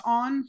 on